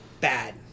bad